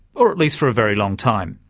or at least for a very long time.